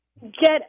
get